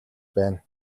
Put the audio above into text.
байна